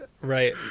Right